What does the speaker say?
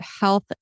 health